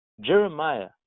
Jeremiah